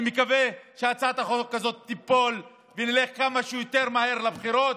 אני מקווה שהצעת החוק הזאת תיפול ושנלך כמה שיותר מהר לבחירות.